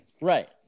right